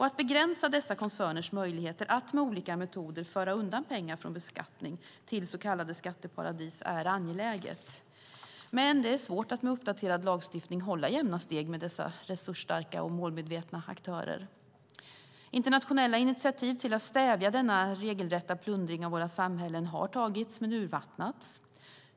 Att begränsa dessa koncerners möjligheter att med olika metoder föra undan pengar från beskattning till så kallade skatteparadis är angeläget. Men det är svårt att med uppdaterad lagstiftning hålla jämna steg med dessa resursstarka och målmedvetna aktörer. Internationella initiativ till att stävja denna regelrätta plundring av våra samhällen har tagits, men urvattnats.